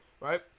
right